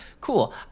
cool